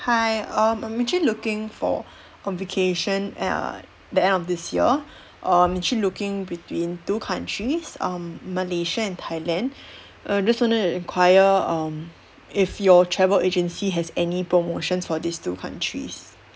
hi um I'm actually looking for um vacation err the end of this year um actually looking between two countries um malaysia and thailand uh just wanted to enquire um if your travel agency has any promotions for these two countries